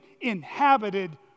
inhabited